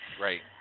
Right